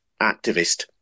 activist